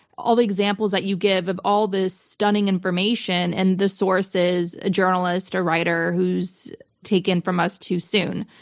all the examples that you give of all this stunning information and the sources, a journalist, a writer who's taken from us too soon.